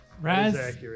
Raz